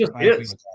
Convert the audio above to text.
Yes